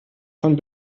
von